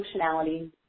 functionality